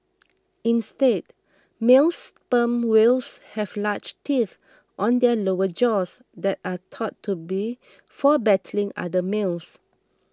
instead male sperm whales have large teeth on their lower jaws that are thought to be for battling other males